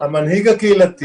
המנהיג הקהילתי,